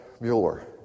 Mueller